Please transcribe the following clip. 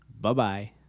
Bye-bye